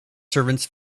servants